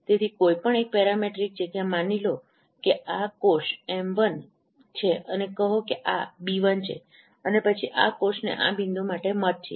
તેથી કોઈપણ એક પેરામેટ્રિક જગ્યા માની લો કે આ કોષ એમ1 છે અને કહો કે આ બી1 છે અને પછી આ કોષને આ બિંદુ માટે મત છે